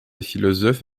philosophe